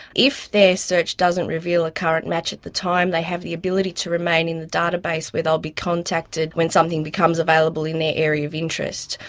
if their search doesn't reveal a current match at the time they have the ability to remain in the database where they will be contacted when something becomes available in their area of interest.